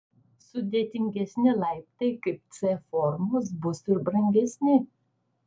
sudėtingesni laiptai kaip c formos bus ir brangesni